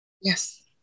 Yes